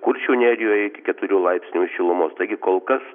kuršių nerijoj iki keturių laipsnių šilumos taigi kol kas